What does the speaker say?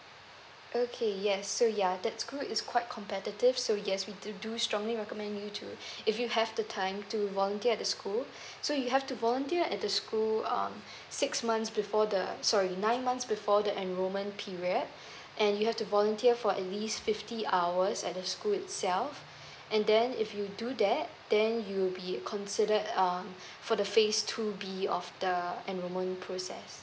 okay yes so ya that's good it's quite competitive so yes we do do strongly recommend you to if you have the time to volunteer at the school so you have to volunteer at the school um six months before the sorry nine months before the enrollment period and you have to volunteer for at least fifty hours at the school itself and then if you do that then you will be consider um for the phase two b of the enrollment process